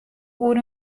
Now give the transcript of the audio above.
oer